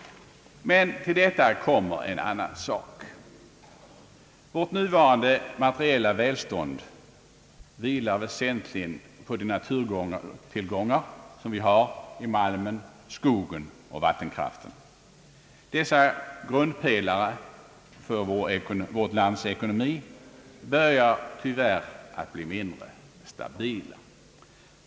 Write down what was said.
Till detta kommer en annan sak. Vårt nuvarande materiella välstånd vilar väsentligen på de naturtillgångar vi har i malmen, skogen och vattenkraften. Dessa grundpelare för vårt lands ekonomi börjar tyvärr bli mindre stabila.